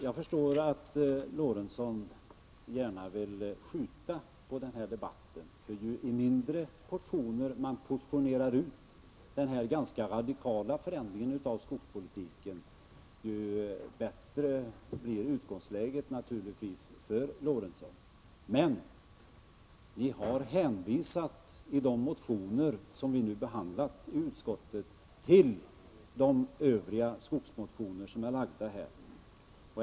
Jag förstår att Lorentzon gärna vill skjuta på debatten, för ju mindre bitar man portionerar ut den här radikala förändringen av skogsvårdspolitiken i, desto bättre blir naturligtvis utgångsläget för Lorentzon. Vi har vid utskotts behandlingen hänvisat till de övriga skogsmotioner som väckts i frågan.